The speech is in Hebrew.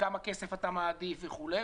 בכמה כסף אתה מעדיף וכולי.